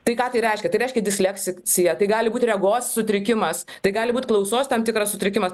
tai ką tai reiškia tai reiškia disleksija tai gali būt regos sutrikimas tai gali būt klausos tam tikras sutrikimas